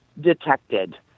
detected